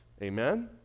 Amen